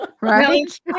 Right